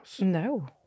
No